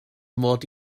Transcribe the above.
mod